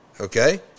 okay